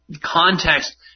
context